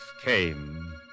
came